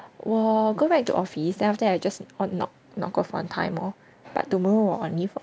我 go back to office then after that I just knock knock off on time lor but tomorrow 我 on leave